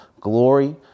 Glory